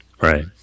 Right